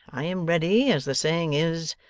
i am ready, as the saying is,